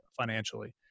financially